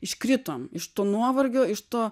iškritom iš to nuovargio iš to